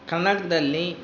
ಕರ್ನಾಟಕದಲ್ಲಿ